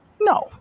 No